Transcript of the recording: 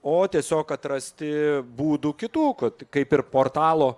o tiesiog atrasti būdų kitų kad kaip ir portalo